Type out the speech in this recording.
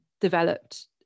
developed